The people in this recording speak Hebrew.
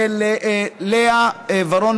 וללאה ורון,